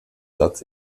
satz